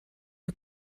you